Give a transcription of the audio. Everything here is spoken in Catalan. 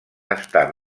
està